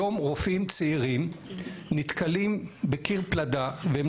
היום רופאים צעירים נתקלים בקיר פלדה והם